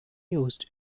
used